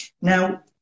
Now